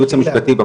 לנו